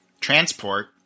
transport